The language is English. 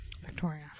Victoria